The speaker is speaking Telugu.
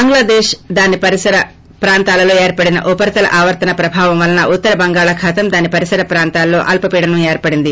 బంగ్లాదేశ్ దాని పరిసర ప్రాంతాలలో ఏర్పడిన ఉపరితల ఆవర్తన ప్రభావం వలన ఉత్తర బంగాళాఖాతం దాని పరిసర ప్రాంతాలలో అల్సపీడనం ఏర్పడింది